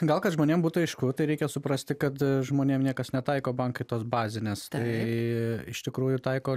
gal kad žmonėm būtų aišku reikia suprasti kad žmonėm niekas netaiko bankai tos bazinės tai iš tikrųjų taiko